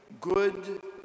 good